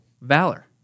valor